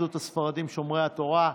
התאחדות הספרדים שומרי התורה,